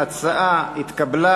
ההצעה התקבלה.